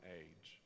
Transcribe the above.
age